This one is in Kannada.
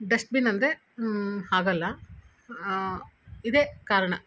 ಡಸ್ಟ್ಬಿನ್ ಅಂದರೆ ಆಗಲ್ಲ ಇದೇ ಕಾರಣ